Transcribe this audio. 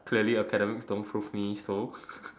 clearly academic don't prove me so